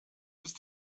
ist